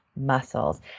muscles